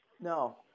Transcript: No